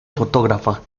fotógrafa